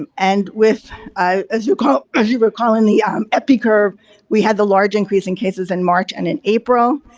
and and with as you call as you recall in the um epi curve we had the large increasing cases in march and in april,